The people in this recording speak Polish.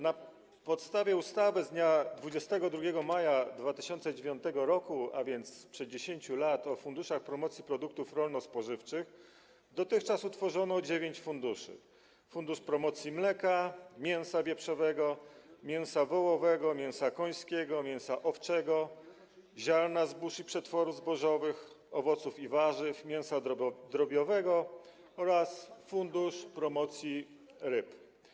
Na podstawie ustawy z dnia 22 maja 2009 r., a więc sprzed 10 lat, o funduszach promocji produktów rolno-spożywczych dotychczas utworzono dziewięć funduszy: promocji mleka, mięsa wieprzowego, mięsa wołowego, mięsa końskiego, mięsa owczego, ziarna zbóż i przetworów zbożowych, owoców i warzyw, mięsa drobiowego oraz promocji ryb.